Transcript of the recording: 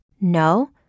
No